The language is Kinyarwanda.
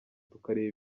tukareba